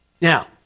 Now